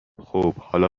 خوب، حالا